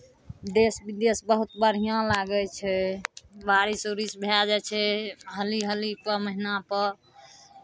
देश विदेश बहुत बढ़िआँ लागै छै बारिश उरिश भए जाइ छै हालि हालि कऽ महीनापर